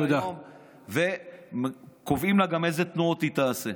יום וקובעים לה גם איזה תנועות היא תעשה.